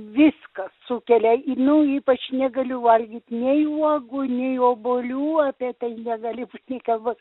viskas sukelia nu ypač negaliu valgyt nei uogų nei obuolių apie tai negali būt nei kalbos